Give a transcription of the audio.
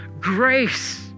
grace